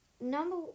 number